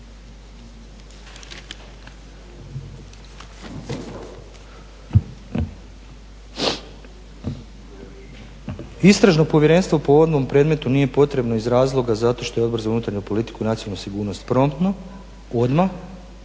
Istražno povjerenstvo po uvodnom predmetu nije potrebno iz razloga zato što je Odbor za unutarnju politiku i nacionalnu sigurnost promptno odmah